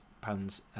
Pounds